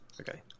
Okay